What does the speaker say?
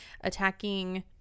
attacking